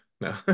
No